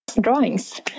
drawings